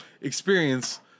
experience